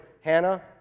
Hannah